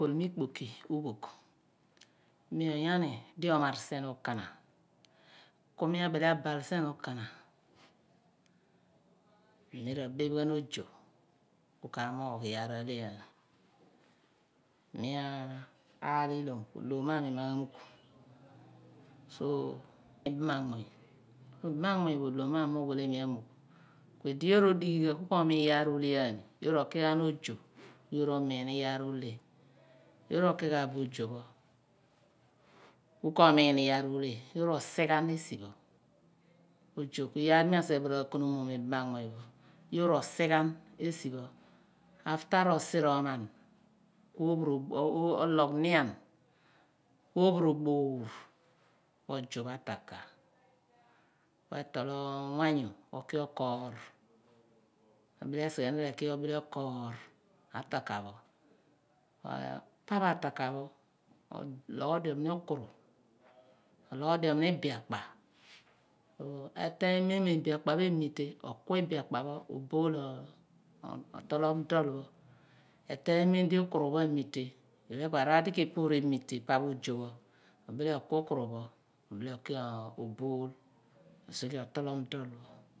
Okoi mo ikpoki uphogh mi onyani di ohmar sien okana ku mi abile abai sien okana ku mi ra beph ghan ozo kin kamoogh iyaar ahle aani mi aal ihiom ku ohlom ku ohlom mo aami ma mugh so iban anmuny ku ibam anmimy pho ohlom mo aam ma uwice inu amugh ku ivi yoor rodighi ghan ku ko ommia iyaar oble aam yoor rooghan bo ozo pho ku ko omiin iyaar ohle yoor pho ku ko omiin iyaar ohle yoor rosi ghan esi pho ku ozo ku iyaar pho mi asighe bo raa konom ghan bo ibam anmuny pho yoor ro si ghan esi pho ku after mo si ohman ku ologh nian ku ophoroboor ku ozuph ataka ku etol uwanyu ku okibokoor ku ebile okorr ataka pho ku pa pho ataka pho ologhodiom ukuru ologhodrom m ibiakpa so ku eteeny mem di ibiakpa pho emite oku ibiakpa pho obool otolom dol eteeny mem di ukuru pho amise ipho ku araar di ke epoor enite pa pho ozo pho obile oku ukuru pho obile oki obool osighe otolom dol